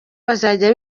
bazajya